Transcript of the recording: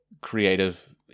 creative